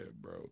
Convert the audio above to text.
bro